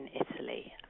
Italy